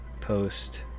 post